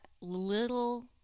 little